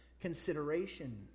consideration